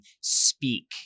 speak